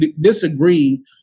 disagree